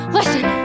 Listen